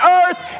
earth